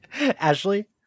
Ashley